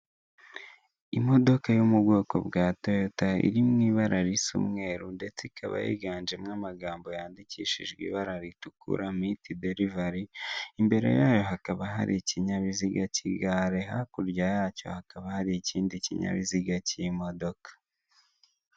Imodoka yo mu bwoko bwa toyota iri mu ibara risa umweru ndetse ikaba yiganjemo amagambo yandikishijwe ibara ritukura miti derivari, imbere yayo hakaba hari ikinyabiziga kigare, hakurya yacyo hakaba hari ikindi kinyabiziga cy'imodoka.